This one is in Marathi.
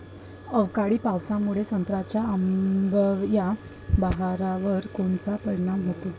अवकाळी पावसामुळे संत्र्याच्या अंबीया बहारावर कोनचा परिणाम होतो?